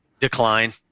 Decline